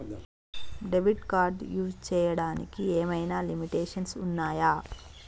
Debit card use చేయడానికి ఏమైనా limitations ఉన్నాయా?